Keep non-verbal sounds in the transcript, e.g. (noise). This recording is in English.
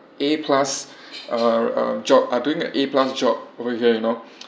uh plus uh a job are doing a plus job over here you know (noise)